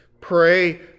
Pray